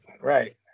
Right